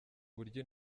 uburyo